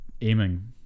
aiming